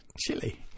Chili